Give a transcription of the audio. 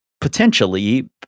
potentially